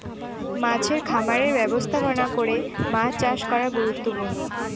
মাছের খামারের ব্যবস্থাপনা করে মাছ চাষ করা গুরুত্বপূর্ণ